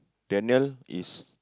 Daniel is